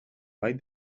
ball